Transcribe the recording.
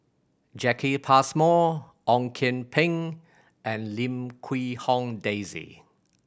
Jacki Passmore Ong Kian Peng and Lim Quee Hong Daisy